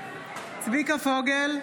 צביקה פוגל,